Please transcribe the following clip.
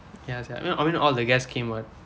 ya sia you know we know all the guests came [what]